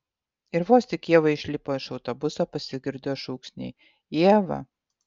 ir vos tik ieva išlipo iš autobuso pasigirdo šūksniai ieva